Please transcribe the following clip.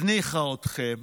הזניחה אתכם.